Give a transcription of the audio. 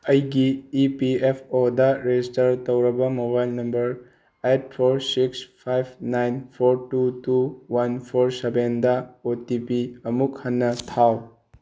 ꯑꯩꯒꯤ E P F ꯑꯣꯗ register ꯇꯧꯔꯕ mobile number eight four six five nine four two two one four seven O T P ꯑꯃꯨꯛ ꯍꯟꯅ ꯊꯥꯎ